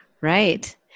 right